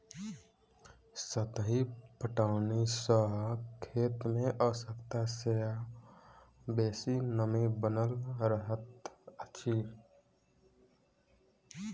सतही पटौनी सॅ खेत मे आवश्यकता सॅ बेसी नमी बनल रहैत अछि